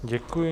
Děkuji.